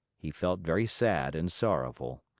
he felt very sad and sorrowful.